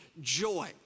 joy